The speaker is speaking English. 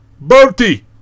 Bertie